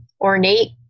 ornate